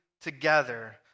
together